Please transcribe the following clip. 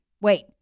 wait